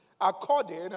according